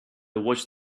watched